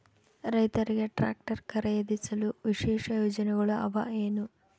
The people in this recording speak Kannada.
ರೈತರಿಗೆ ಟ್ರಾಕ್ಟರ್ ಖರೇದಿಸಲು ವಿಶೇಷ ಯೋಜನೆಗಳು ಅವ ಏನು?